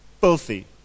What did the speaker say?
Filthy